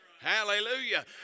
Hallelujah